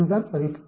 இதுதான் மதிப்பு